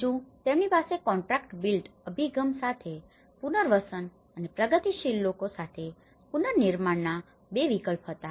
બીજુ તેમની પાસે કોન્ટ્રાક્ટર બિલ્ટ અભિગમ સાથે પુનર્વસન અને પ્રગતિશીલ લોકો સાથે પુનર્નિર્માણના બે વિકલ્પો હતા